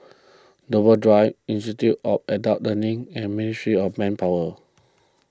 Dover Drive Institute all Adult Learning and Ministry of Manpower